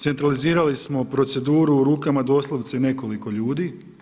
Centralizirali smo proceduru u rukama doslovce nekoliko ljudi.